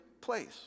place